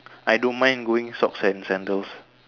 i don't mind going socks and sandals